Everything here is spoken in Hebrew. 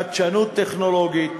חדשנות טכנולוגית,